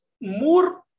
more